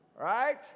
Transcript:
right